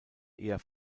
eher